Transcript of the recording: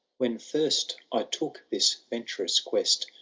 when first i took this venturous quest,